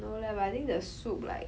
no leh but I think the soup like